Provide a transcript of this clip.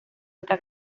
está